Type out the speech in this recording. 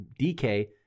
DK